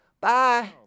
Bye